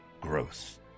growth